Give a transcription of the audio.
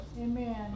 Amen